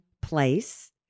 place